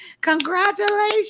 congratulations